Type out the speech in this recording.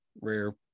rare